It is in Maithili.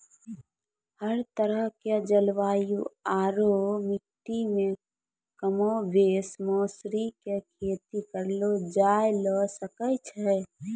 हर तरह के जलवायु आरो मिट्टी मॅ कमोबेश मौसरी के खेती करलो जाय ल सकै छॅ